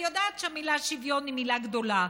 אני יודעת שהמילה שוויון היא מילה גדולה.